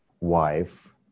wife